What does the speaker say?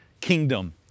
kingdom